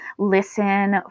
listen